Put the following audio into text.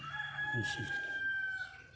बेनोसै